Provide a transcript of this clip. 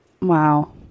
Wow